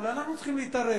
אולי אנחנו צריכים להתערב?